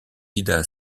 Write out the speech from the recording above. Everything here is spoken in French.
ida